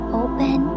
open